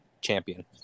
champion